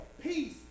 peace